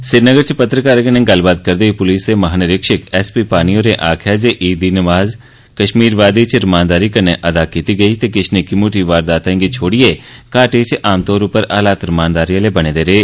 श्रीनगर च पत्रकारें कन्ने गल्लबात करदे होई पुलिस दे महा निरीक्षक एसपी पाणी होरें आक्खेया ऐ जे ईद दी नमाज कश्मीर वादी च रमानदारी कन्नें अदा कीती गेई ते किश निक्की मुष्टी वारदातें गी छोड़िये घाटी च आमतौर उप्पर हालात रमानदारी आहले बने दे रेह्